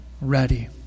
ready